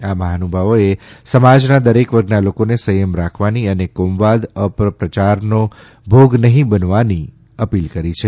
આ મહાનુભાવોએ સમાજના દરેક વર્ગના લોકોને સંયમ રાખવાની અને કોમવાદ અપપ્રચારનો ભોગ નહિં બનવાની અપીલ કરી છે